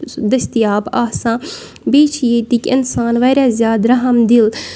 دٔستِیاب آسان بیٚیہِ چھِ ییٚتِکۍ اِنسان واریاہ زیادٕ رحم دِل